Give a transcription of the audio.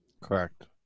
Correct